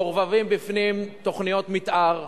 מעורבבות בפנים תוכניות מיתאר שמהן,